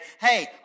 hey